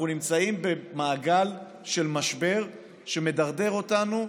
אנחנו נמצאים במעגל של משבר שמדרדר אותנו,